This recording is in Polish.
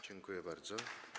Dziękuję bardzo.